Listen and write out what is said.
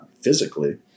physically